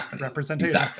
representation